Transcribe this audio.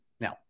now